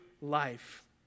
life